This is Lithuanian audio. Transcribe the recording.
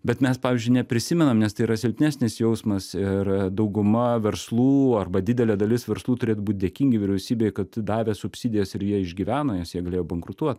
bet mes pavyzdžiui neprisimenam nes tai yra silpnesnis jausmas ir dauguma verslų arba didelė dalis verslų turėtų būt dėkingi vyriausybei kad davė subsidijas ir jie išgyveno nes jie galėjo bankrutuot